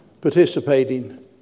participating